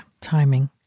timing